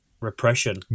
Repression